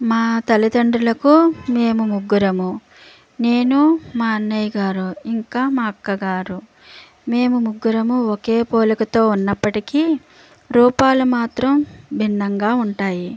మా తల్లిదండ్రులకు మేము ముగ్గురం నేను మా అన్నయ్యగారు ఇంకా మా అక్కగారు మేము ముగ్గురం ఒకే పోలికతో ఉన్నప్పటికి రూపాలు మాత్రం భిన్నంగా ఉంటాయి